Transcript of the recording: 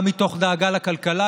גם מתוך דאגה לכלכלה,